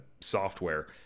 software